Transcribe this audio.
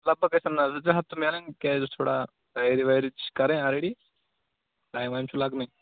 لگ بگ گَژھن نہٕ حظ زٕ ترٛےٚ ہَفتہٕ مِلٕنۍ کیٛازِ تھوڑا تَیٲری وَیٲری تہِ چھِ کَرٕنۍ آلرٔڈی ٹایِم وایِم چھُ لَگانٕے